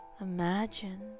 imagine